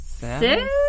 Six